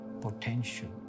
potential